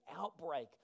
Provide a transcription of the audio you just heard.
outbreak